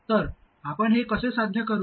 तर आपण हे कसे साध्य करू